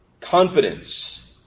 confidence